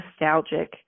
nostalgic